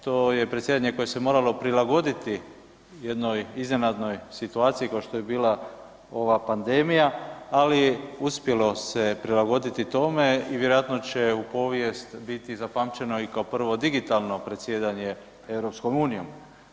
To je predsjedanje koje se moralo prilagoditi jednoj iznenadnoj situaciji kao što je bila ova pandemija, ali uspjelo se prilagoditi tome i vjerojatno će u povijest biti zapamćeno i kao prvo digitalno predsjedanje EU-om.